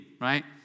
right